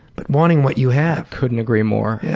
but wanting what you have. couldn't agree more. yeah